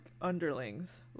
underlings